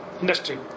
industry